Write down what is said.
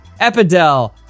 Epidel